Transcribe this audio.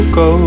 go